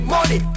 Money